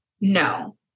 No